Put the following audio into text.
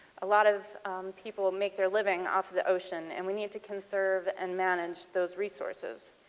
a lot of people make their living off the ocean and we need to conserve and manage those resources.